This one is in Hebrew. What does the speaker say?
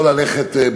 לא ללכת בכוחנות.